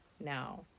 now